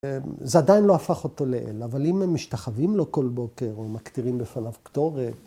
‫זה עדיין לא הפך אותו לאל, ‫אבל אם הם משתחווים לו כל בוקר ‫או מקטירים בפניו קטורת..